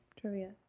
Trivia